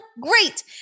Great